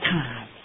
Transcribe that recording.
time